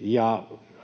Ja